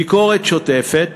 ביקורת שוטפת